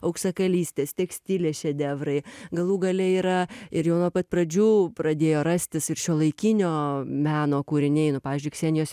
auksakalystės tekstilės šedevrai galų gale yra ir jau nuo pat pradžių pradėjo rastis šiuolaikinio meno kūriniai nu pavyzdžiui ksenijos